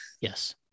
yes